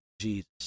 Jesus